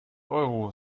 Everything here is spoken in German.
euro